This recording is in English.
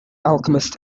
alchemist